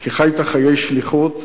כי חיית חיי שליחות,